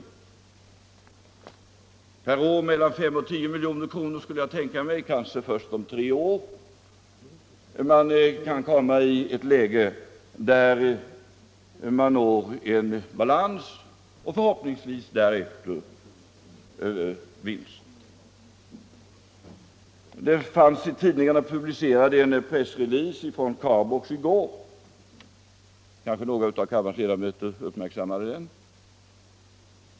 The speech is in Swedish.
Jag skulle tänka mig att det blir mellan 5 och 10 milj.kr. per år, och kanske först om tre år kan man komma i ett läge där man når balans och förhoppningsvis därefter vinst. I går publicerades i tidningarna en pressrelease från CARBOX — kanske några av kammarens ledamöter uppmärksammade den.